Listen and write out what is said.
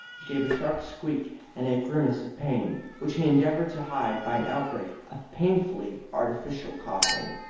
he gave a sharp squeak and a grimace of pain, which he endeavoured to hide by an outbreak of painfully artificial coughing.